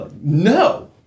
No